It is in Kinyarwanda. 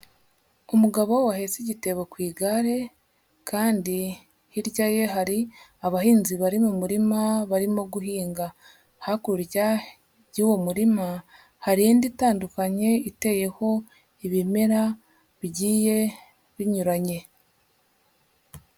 Umugabo wahetse igitebo ku igare kandi hirya ye hari abahinzi bari mu murima barimo guhinga. Hakurya y'uwo murima hari indi itandukanye iteyeho ibimera bigiye binyuranye.